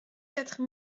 quatre